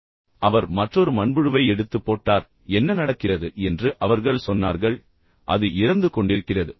பின்னர் மீண்டும் அவர் மற்றொரு மண்புழுவை எடுத்து அதை போட்டார் பின்னர் என்ன நடக்கிறது என்று அவர்கள் சொன்னார்கள் அது இறந்து கொண்டிருக்கிறது